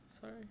sorry